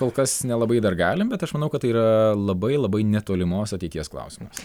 kol kas nelabai dar galim bet aš manau kad tai yra labai labai netolimos ateities klausimas